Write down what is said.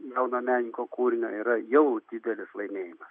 jauno menininko kūrinio yra jau didelis laimėjimas